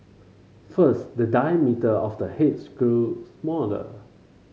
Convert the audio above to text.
first the diameter of the heads grow smaller